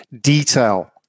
detail